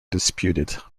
disputed